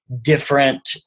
different